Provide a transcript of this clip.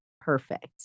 perfect